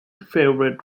favourite